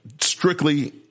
strictly